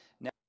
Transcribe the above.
Now